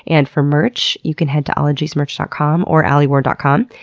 and for merch you can head to ologiesmerch dot com or alieward dot com.